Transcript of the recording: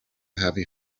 happy